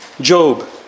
Job